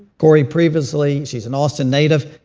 corrie previously she's an austin native,